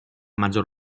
maggior